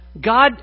God